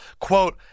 quote